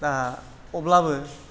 दा अब्लाबो